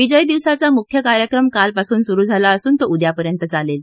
विजय दिवसाचा मुख्य कार्यक्रम कालपासून सुरु झाला असून तो उद्यापर्यंत चालेल